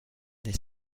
this